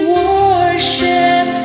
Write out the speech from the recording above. worship